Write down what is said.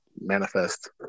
manifest